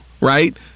right